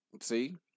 See